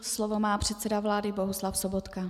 Slovo má předseda vlády Bohuslav Sobotka.